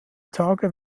tage